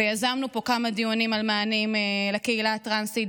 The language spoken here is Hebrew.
ויזמנו פה כמה דיונים על מענים לקהילה הטרנסית,